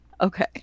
Okay